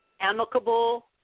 amicable